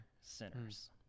sinners